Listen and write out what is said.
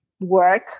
work